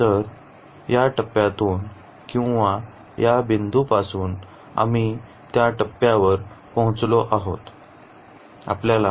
तर या टप्प्यातून किंवा या बिंदूपासून आम्ही त्या टप्प्यावर पोहोचलो आहोत